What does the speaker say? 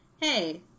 hey